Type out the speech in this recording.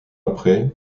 après